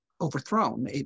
overthrown